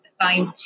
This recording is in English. assigned